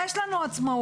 יש לנו עצמאות.